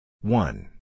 One